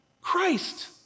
Christ